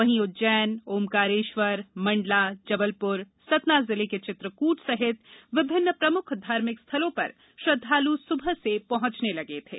वहीं उज्जैन औंकारेश्वर मंडला जबलपुर सतना जिले के चित्रकूट सहित विभिन्न प्रमुख धार्मिक स्थलों पर श्रृद्धालु सुबह से पहुंचने लगे थे